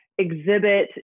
exhibit